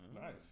Nice